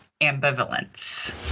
ambivalence